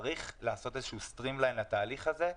צריך לעשות איזה שהוא סטרים-ליין לתהליך הזה,